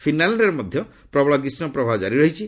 ଫିନ୍ଲାଣ୍ଡରେ ମଧ୍ୟ ପ୍ରବଳ ଗ୍ରୀଷ୍କ ପ୍ରବାହ ଜାରି ରହିଛି